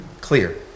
clear